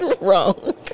wrong